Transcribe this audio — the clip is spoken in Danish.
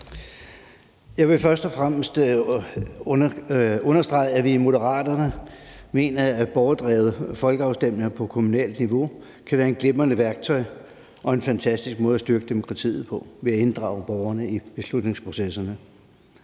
Jeg vil først og fremmest understrege, at vi i Moderaterne mener, at borgerdrevne folkeafstemninger på kommunalt niveau kan være et glimrende værktøj og en fantastisk måde at styrke demokratiet på ved at inddrage borgerne i beslutningsprocesserne.